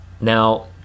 Now